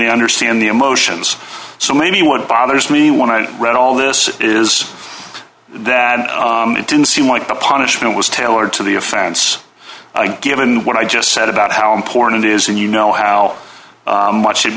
they understand the emotions so many what bothers me want to read all this is that it didn't seem like the punishment was tailored to the offense a given what i just said about how important it is and you know how much it